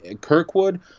Kirkwood